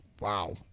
Wow